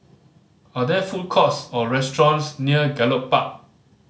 are there food courts or restaurants near Gallop Park